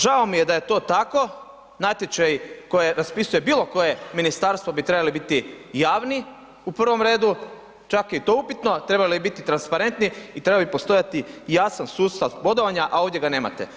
Žao mi je da je to tako, natječaj koji raspisuje bilo kojem ministarstvo bi trebali biti javni u prvom redu, čak je i to upitno, a trebali bi biti transparentni i trebao bi postojati jasan sustav bodovanja, a ovdje ga nemate.